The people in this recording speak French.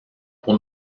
pour